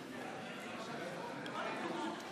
הוא מפריע לנו.